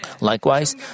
Likewise